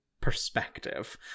perspective